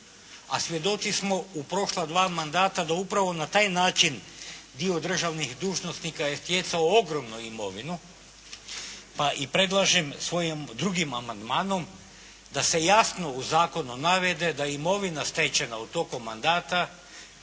a svjedoci smo u prošla dva mandata da upravo na taj način dio državnih dužnosnika je stjecao ogromnu imovinu pa i predlažem svojim drugim amandmanom da se jasno u zakonu navede da imovina stečena u toku mandata,